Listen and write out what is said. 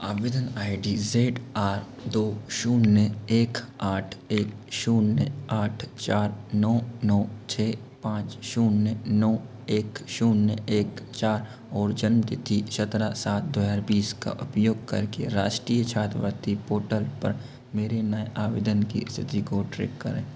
आवेदन I D Z R दो शून्य एक आठ एक शून्य आठ चार नौ नौ छः पाँच शून्य नौ एक शून्य एक चार और जन्म तिथि सत्रह सात दो हज़ार बीस का उपयोग करके राष्ट्रीय छात्रवृत्ति पोर्टल पर मेरे नए आवेदन की स्थिति को ट्रैक करें